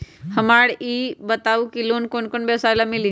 हमरा ई बताऊ लोन कौन कौन व्यवसाय ला मिली?